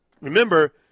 Remember